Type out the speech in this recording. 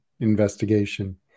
investigation